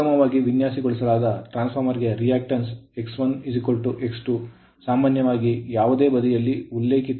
ಉತ್ತಮವಾಗಿ ವಿನ್ಯಾಸಗೊಳಿಸಲಾದ transformer ಗೆ reactance X1X2 ಸಾಮಾನ್ಯವಾಗಿ ಯಾವುದೇ ಬದಿಗೆ ಉಲ್ಲೇಖಿತ